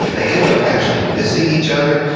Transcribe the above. they end up actually missing each other.